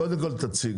קודם כל תציגו,